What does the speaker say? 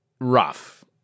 rough